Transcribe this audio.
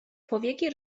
powieki